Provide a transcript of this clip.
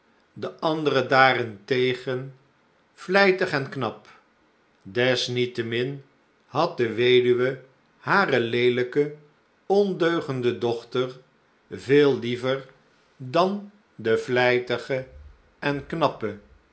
de andere daarentegen vlijtig en knap desniettemin had de weduwe hare leelijke ondeugende dochter veel liever dan de vlijtige en knappe